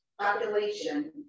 population